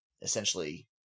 essentially